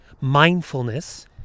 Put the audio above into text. mindfulness